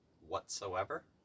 whatsoever